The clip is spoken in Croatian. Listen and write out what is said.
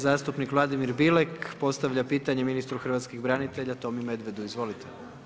Zastupnik Vladimir Bilek postavlja pitanje ministru hrvatskih branitelja Tomi Medvedu, izvolite.